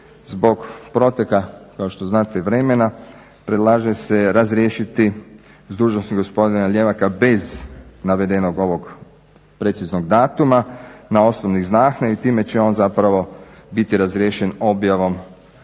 zbog proteka kao što znate vremena predlaže se razriješiti s dužnosti gospodina Ljevaka bez navedenog ovog preciznog datuma na … /Govornik se ne razumije./ … i time će on biti razriješen objavom